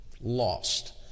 Lost